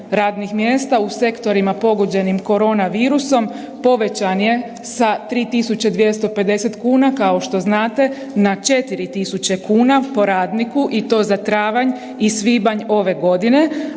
radnih mjesta u sektorima pogođenim korona virusom povećan je sa 3.250 kuna kao što znate na 4.000 kuna po radniku i to za travanj i svibanj ove godine,